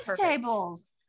tables